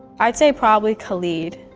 i'd say probably khalid,